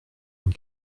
une